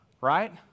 Right